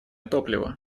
топливо